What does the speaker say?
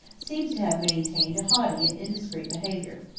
seems to have maintained a haughty and indiscreet behavior.